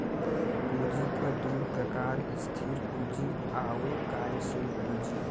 पूँजी क दू प्रकार स्थिर पूँजी आउर कार्यशील पूँजी